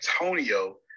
Antonio